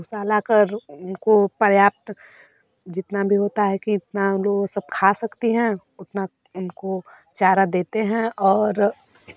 भूसा लाकर उनको पर्याप्त जितना भी होता है कि इतना लोग सब खा सकती हैं उतना उनको चारा देते हैं और